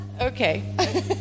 Okay